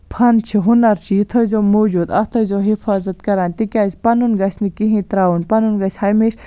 فن چھُ ہُنر چھُ یہِ تھٲیِزیٚو موٗجوٗد اَتھ تھٲیِزیٚو حِفاظت کَران تِکیازِ پَنُن گَژھِ نہٕ کِہیٖنۍ ترٛاوُن پَنُن گَژھِ ہَمیشہٕ